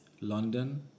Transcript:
London